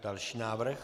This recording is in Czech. Další návrh.